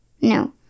no